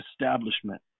establishment